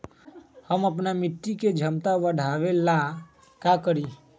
हम अपना मिट्टी के झमता बढ़ाबे ला का करी?